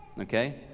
okay